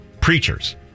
preachers